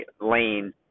lane